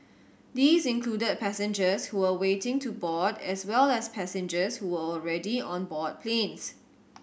these included passengers who were waiting to board as well as passengers who were already on board planes